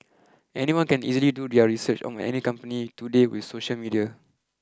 anyone can easily do their research on any company today with social media